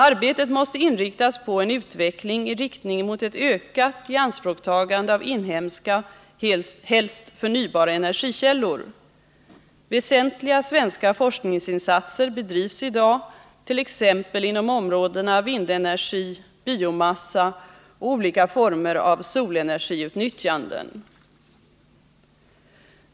Arbetet måste inriktas på en utveckling i riktning mot ett ökat ianspråktagande av inhemska, helst förnybara energikällor. Väsentliga svenska forskningsinsatser bedrivs i dag inom t.ex. områdena vindenergi, biomassa och olika former av solenergiutnyttjande.